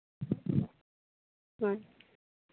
ᱦᱳᱭ